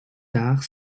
tard